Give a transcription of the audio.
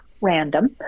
random